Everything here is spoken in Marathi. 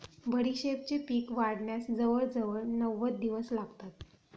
बडीशेपेचे पीक वाढण्यास जवळजवळ नव्वद दिवस लागतात